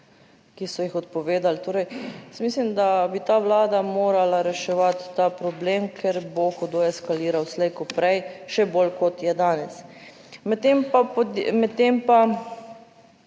ki so jih odpovedali. Torej, jaz mislim, da bi ta Vlada morala reševati ta problem, ker bo hudo eskaliral slej ko prej, še bolj, kot je danes. Medtem pa,